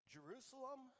Jerusalem